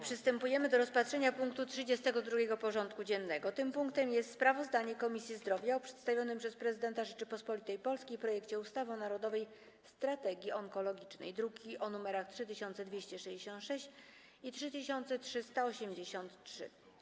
Przystępujemy do rozpatrzenia punktu 32. porządku dziennego: Sprawozdanie Komisji Zdrowia o przedstawionym przez Prezydenta Rzeczypospolitej Polskiej projekcie ustawy o Narodowej Strategii Onkologicznej (druki nr 3266 i 3383)